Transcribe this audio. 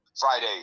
friday